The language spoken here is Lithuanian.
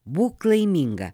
būk laiminga